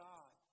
God